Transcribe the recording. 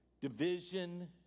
division